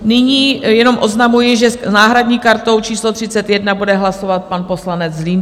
Nyní jenom oznamuji, že s náhradní kartou číslo 31 bude hlasovat pan poslanec Zlínský.